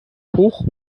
hoch